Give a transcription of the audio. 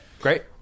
great